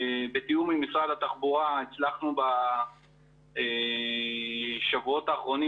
בתיאום עם משרד התחבורה הצלחנו בשבועות האחרונים